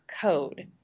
code